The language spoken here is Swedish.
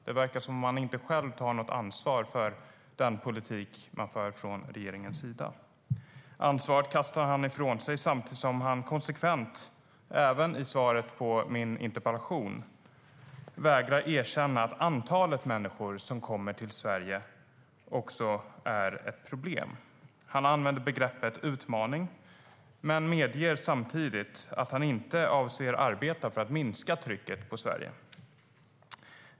Det verkar som om han inte själv tar något ansvar för den politik man för från regeringens sida. Ansvaret kastar han ifrån sig samtidigt som han konsekvent, även i svaret på min interpellation, vägrar erkänna att antalet människor som kommer till Sverige också är ett problem. Han använder begreppet "utmaning" men medger samtidigt att han inte avser att arbeta för att minska trycket på Sverige.